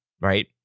right